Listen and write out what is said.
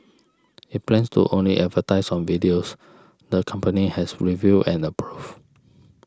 it plans to only advertise on videos the company has reviewed and approved